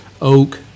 oak